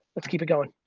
let's keep it goin'.